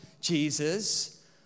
Jesus